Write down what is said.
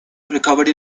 recovered